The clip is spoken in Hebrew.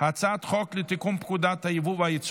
אני קובע כי הצעת חוק עבודת הנוער )תיקון מס'